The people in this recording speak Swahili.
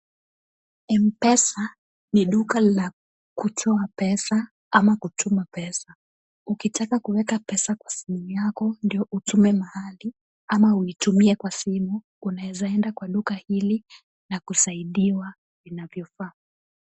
M-Pesa ni duka la kutoa pesa ama kutuma pesa. Ukitaka kuweka pesa kwa simu yako ndio utume mahali, ama unitumie kwa simu, unaweza enda kwa duka hili na kusaidiwa inavyofaa.